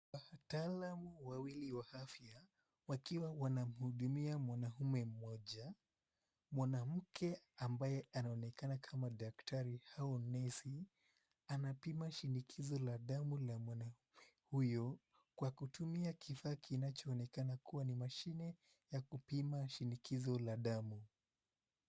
Wataalam wawili wa afya wakiwa wanamhudumia mwamaume mmoja. Mwanamke ambaye anaonekana kama daktari au nesi, anapima shinikizo la damu la mwana huyu kwa kutumia kifaa kinachoonekana kuwa ni mashine ya kupima shinikizo la damu.